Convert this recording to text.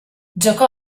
giocò